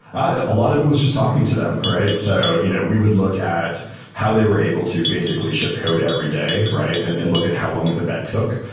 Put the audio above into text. a lot of it was just talking to them, right? so you know we would look at how they were able to basically ship code every day and and look at how long did that took.